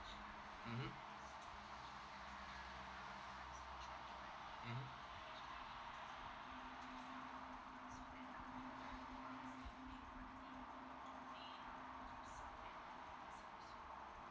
mmhmm mmhmm